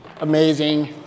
Amazing